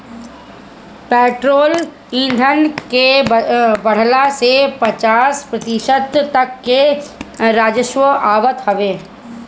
petrol ईधन के दाम बढ़ला से पचास प्रतिशत तक ले राजस्व आवत हवे